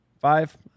Five